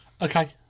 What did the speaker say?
Okay